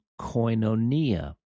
koinonia